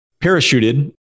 parachuted